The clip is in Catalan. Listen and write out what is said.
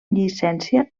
llicència